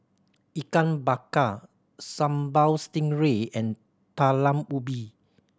Ikan Bakar Sambal Stingray and Talam Ubi